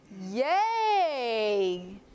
Yay